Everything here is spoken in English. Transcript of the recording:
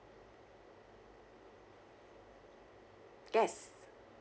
yes